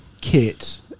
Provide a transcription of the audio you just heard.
kit